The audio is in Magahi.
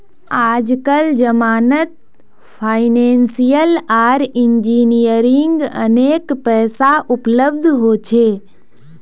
आजकल जमानत फाइनेंसियल आर इंजीनियरिंग अनेक पैसा उपलब्ध हो छे